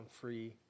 free